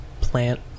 plant